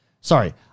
sorry